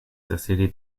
decidi